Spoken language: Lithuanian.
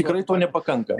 tikrai to nepakanka